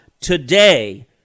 Today